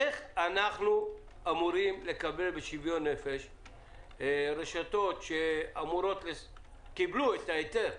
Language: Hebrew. איך אנחנו אמורים לקבל בשוויון נפש שרשתות שקיבלו את ההיתר,